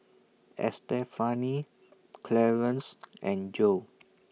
Estefani Clarence and Joe